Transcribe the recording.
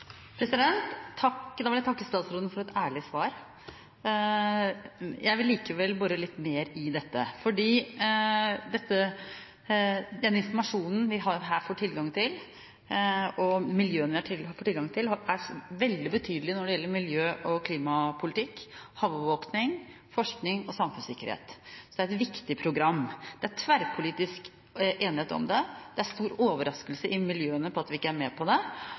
vil takke statsråden for et ærlig svar. Jeg vil likevel bore litt mer i dette. Den informasjonen vi her får tilgang til, og som miljøene får tilgang til, er veldig betydelig når det gjelder miljø- og klimapolitikk, havovervåking, forskning og samfunnssikkerhet. Det er et viktig program. Det er tverrpolitisk enighet om det. Det er stor overraskelse i miljøene over at vi ikke er med på det.